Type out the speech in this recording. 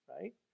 right